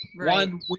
one